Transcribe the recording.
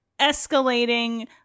escalating